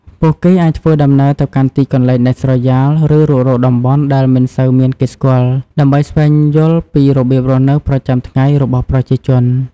ពួកគេអាចធ្វើដំណើរទៅកាន់ទីកន្លែងដាច់ស្រយាលឬរុករកតំបន់ដែលមិនសូវមានគេស្គាល់ដើម្បីស្វែងយល់ពីរបៀបរស់នៅប្រចាំថ្ងៃរបស់ប្រជាជន។